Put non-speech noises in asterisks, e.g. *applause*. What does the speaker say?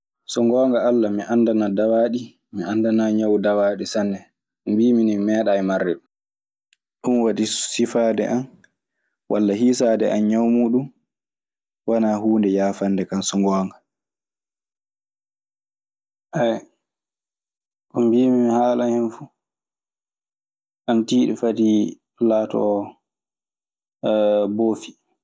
So ngoonga Alla mi anndanaa dawaaɗi mi anndanaa ñaw dawaaɗi sanne. Mbiimi mi meeɗaayi marde ɗum. Ɗum waɗi sifaade an walla hiisaade an ñaw muuɗun wanaa huunde yaafande kan, so ngoonga. *hesitation* Ko mbiimi mi haalan hen fu, ana tiiɗi fati laatoo *hesitation* boofi.